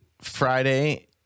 Friday